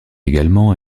également